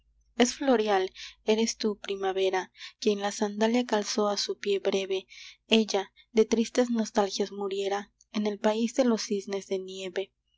es floreal eres tú primavera quien la sandalia calzó a su pie breve ella de tristes nostalgias muriera en el país de los cisnes de nieve